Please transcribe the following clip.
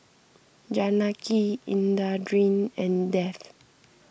Janaki Indranee and Dev